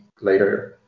later